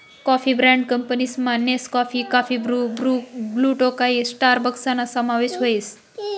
coffee brand कंपनीसमा Nescafe, coffee Bru, Blue Tokai स्टारबक्सना समावेश व्हस